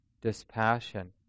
dispassion